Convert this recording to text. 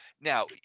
now